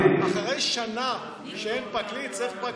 אחרי שנה שאין פרקליט,